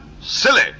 Silly